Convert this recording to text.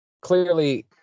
Clearly